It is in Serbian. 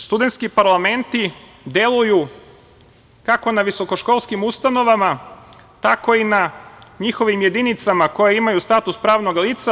Studentski parlamenti deluju kako na visokoškolskim ustanovama, tako i na njihovim jedinicama koje imaju status pravnog lica.